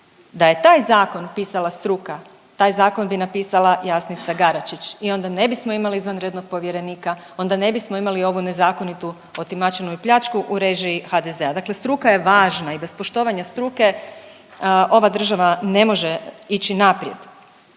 Da je taj zakon pisala struka taj zakon bi napisala Jasnica Garačić i onda ne bismo imali izvanrednog povjerenika, onda ne bismo imali ovu nezakonitu otimačinu i pljačku u režiji HDZ-a. Dakle, struka je važna i bez poštovanja struke ova država ne može ići naprijed.